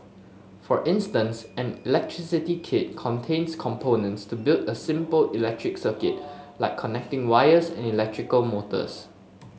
for instance an electricity kit contains components to build a simple electric circuit like connecting wires and electrical motors